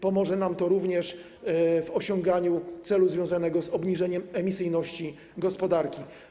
Pomoże nam to również w osiąganiu celu związanego ze zmniejszaniem emisyjności gospodarki.